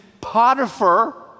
Potiphar